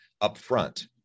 upfront